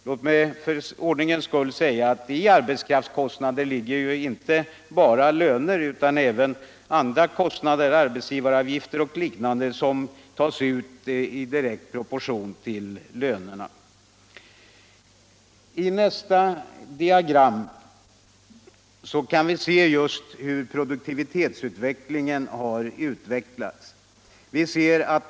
— Låt mig för ordningens skull säga att i arbetskraftskostnaderna ligger inte bara löner utan även arbetsgivaravgifter och liknande som tas ut i direkt proportion till lönerna. : I nästa diagram kan vi se just hur produktiviteten har utvecklats.